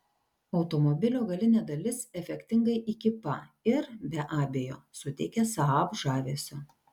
automobilio galinė dalis efektingai įkypa ir be abejo suteikia saab žavesio